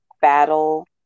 battle